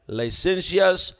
licentious